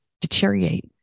deteriorate